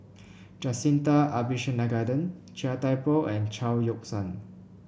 Jacintha Abisheganaden Chia Thye Poh and Chao Yoke San